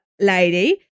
lady